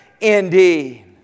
Indeed